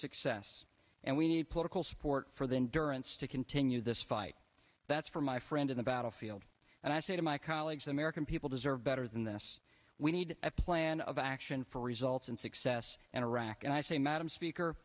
success and we need political support for then durrance to continue this fight that's for my friends in the battlefield and i say to my colleagues the american people deserve better than this we need a plan of action for results and success and iraq and i say madam speaker